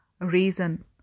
reason